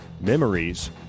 memories